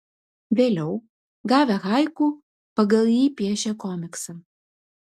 vėliau gavę haiku pagal jį piešė komiksą